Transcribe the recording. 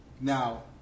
Now